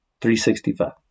365